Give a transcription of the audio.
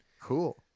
Cool